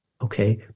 Okay